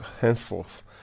henceforth